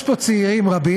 יש פה צעירים רבים,